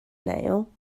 nail